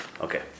Okay